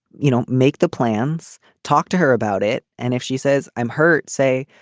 you know, make the plans, talk to her about it. and if she says i'm hurt. say,